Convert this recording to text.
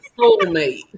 soulmate